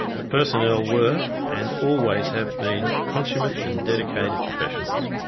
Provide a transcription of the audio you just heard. the personnel were and always have been consummate and dedicated professionals.